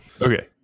Okay